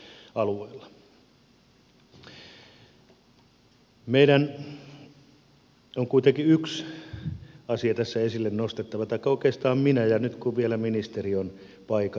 meidän on kuitenkin yksi asia tässä esille nostettava taikka oikeastaan minun nyt kun vielä ministeri on paikalla